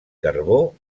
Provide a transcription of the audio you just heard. carbó